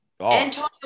Antonio